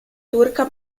turca